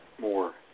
more